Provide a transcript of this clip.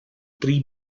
three